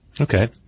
Okay